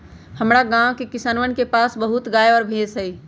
हमरा गाँव के किसानवन के पास बहुत गाय और भैंस हई